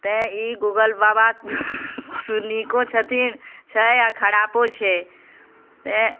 तैँ ई गूगल बाबा से नीको छथिन छै आ खराबो छै तैँ